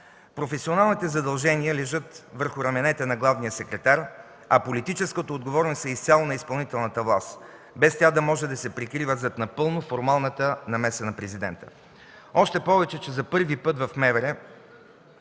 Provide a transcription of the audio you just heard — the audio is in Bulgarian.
Професионалните задължения лежат върху раменете на главния секретар, а политическата отговорност е изцяло на изпълнителната власт, без тя да може да се прикрива зад напълно формалната намеса на Президента. Още повече, че за първи път в МВР се